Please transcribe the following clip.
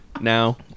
now